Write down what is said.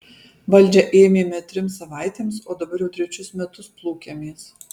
valdžią ėmėme trims savaitėms o dabar jau trečius metus plūkiamės